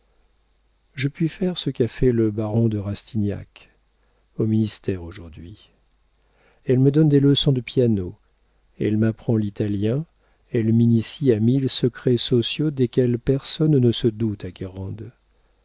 je puis faire ce qu'a fait le baron de rastignac au ministère aujourd'hui elle me donne des leçons de piano elle m'apprend l'italien elle m'initie à mille secrets sociaux desquels personne ne se doute à